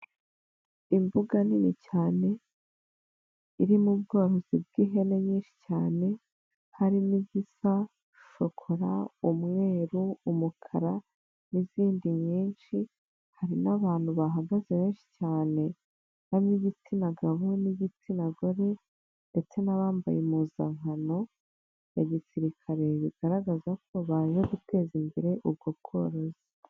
Imbuga nini cyane irimo ubworozi bw'ihene nyinshi cyane harimo izisa shokora, umweru, umukara n'izindi nyinshi, hari n'abantu bahagaze benshi cyane harimo' igitsina gabo n'igitsina gore ndetse n'abambaye impuzankano ya gisirikare bigaragaza ko baje guteza imbere ubwo bworozi.